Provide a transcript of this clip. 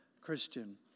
Christian